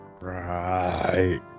Right